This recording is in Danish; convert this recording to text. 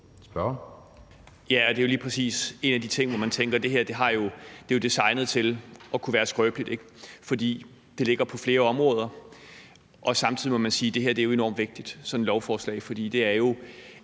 (DF): Det er jo lige præcis en af de ting, hvor man tænker, at det her er designet på en måde, så det kunne være skrøbeligt, fordi det ligger på flere områder. Samtidig må man sige, at sådan et lovforslag er enormt vigtigt, for det er jo